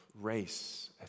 race